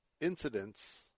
incidents